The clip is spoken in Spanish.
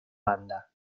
banda